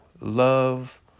love